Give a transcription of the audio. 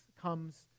comes